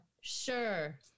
sure